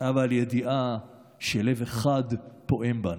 אבל ידיעה שלב אחד פועם בנו.